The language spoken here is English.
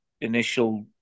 initial